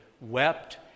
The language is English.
wept